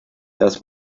das